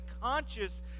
conscious